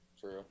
true